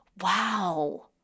Wow